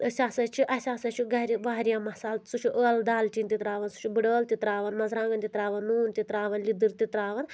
أسۍ ہَسا چھِ اَسہِ ہَسا چھِ گَرِ واریاہ مصالہٕ سُہ چھُ عٲلہٕ دالچیٖن تہِ ترٛاوان سُہ چھُ بٕڈٕ عٲلہٕ تہٕ ترٛاوان مَرژٕوانٛگَن تہِ ترٛاوان نوٗن تہِ ترٛاوان لیدٕر تہِ ترٛاوان